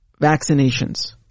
vaccinations